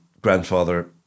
grandfather